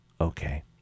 okay